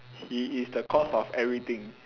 he is the cause of everything